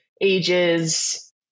ages